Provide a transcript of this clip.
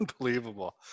unbelievable